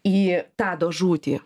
į tado žūtį